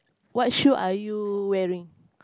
what shoe are you wearing